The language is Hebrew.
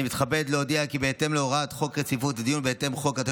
אני מתכבד להודיע כי בהתאם להוראות חוק רציפות הדיון בהצעות חוק,